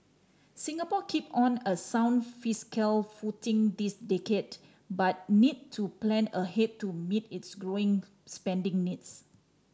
Singapore keep on a sound fiscal footing this decade but need to plan ahead to meet its growing spending needs